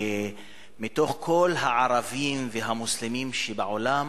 שמתוך כל הערבים והמוסלמים שבעולם,